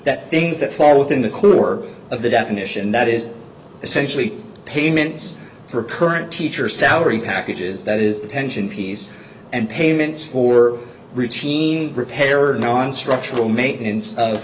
that things that fall within the clue are of the definition that is essentially payments for current teacher salary packages that is the pension piece and payments for routine repair or nonstructural maintenance of